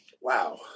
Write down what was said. Wow